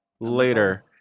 later